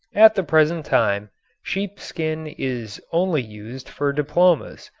at the present time sheepskin is only used for diplomas,